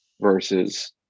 versus